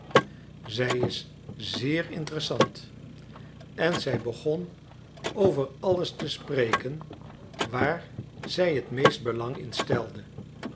zij is zeer interessant en zij begon over alles te spreken waar zij het meest belang in stelde